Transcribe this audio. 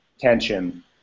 tension